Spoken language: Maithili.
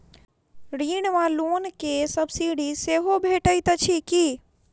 ऋण वा लोन केँ सब्सिडी सेहो भेटइत अछि की?